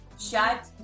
shut